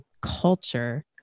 culture